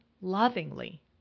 lovingly